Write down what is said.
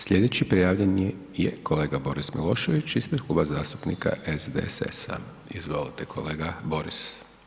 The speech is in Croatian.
Slijedeći prijavljeni je kolega Boris Milošević ispred Kluba zastupnika SDSS-a, izvolite kolega Boris.